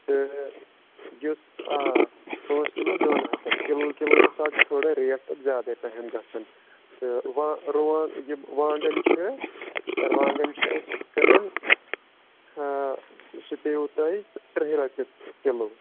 تہٕ یُس آ پانٛژھ کِلوٗ دۄن ہَتَن کِلوٕ کِلوٕ حِساب چھِ تھوڑا ریٹ تَتھ زیادَے پَہَم گَژھان تہٕ وا رُوان یِم وانٛگَن چھِ رُوانٛگَن چھِ أسۍ کٕنان سُہ پیٚیو تۄہہِ تٕرٛہہِ رۄپیہِ کِلوٗ